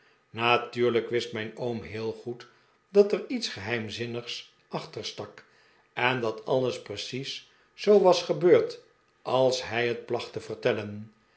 natuurlijk wist mijn oom heel goed dat er iets geheimzinnigs achter stak en dat alles precies zoo was gebeurd als hij het placht te vertellen